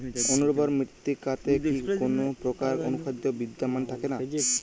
অনুর্বর মৃত্তিকাতে কি কোনো প্রকার অনুখাদ্য বিদ্যমান থাকে না?